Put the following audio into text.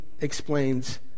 explains